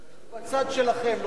הוא בצד שלכם, לא שלנו.